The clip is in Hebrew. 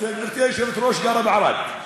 גברתי היושבת-ראש גרה בערד.